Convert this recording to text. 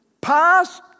past